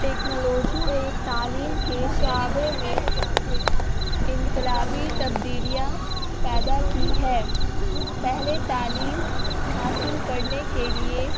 technology نے تعلیم کے شعبے میں انقلابی تبدیلیاں پیدا کی ہے پہلے تعلیم حاصل کرنے کے لیے